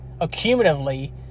accumulatively